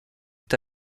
est